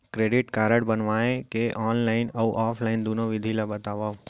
Credit card बनवाए के online अऊ ऑफलाइन दुनो विधि ला बतावव?